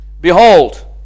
Behold